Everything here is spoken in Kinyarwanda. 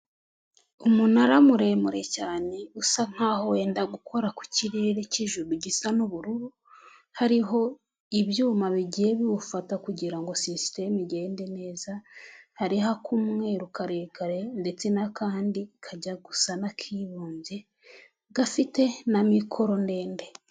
Umunara muremure cyane usa nk’aho wenda gukora ku kirere cy'ijuru gisa n’ubururu, hariho ibyuma bigiye biwufata kugira ngo sisitemu igende neza, hariho ak’umweru karekare ndetse n'akandi kajya gusa n'akibumbye gafite na mikoro ndende.